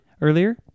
earlier